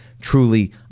truly